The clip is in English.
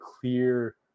clear